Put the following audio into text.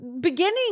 beginning